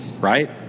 right